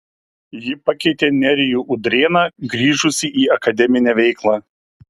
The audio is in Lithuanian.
ji pakeitė nerijų udrėną grįžusį į akademinę veiklą